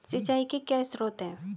सिंचाई के क्या स्रोत हैं?